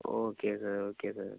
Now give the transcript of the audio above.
okay sir okay sir